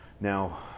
Now